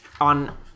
on